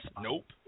Nope